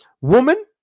woman